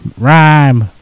Rhyme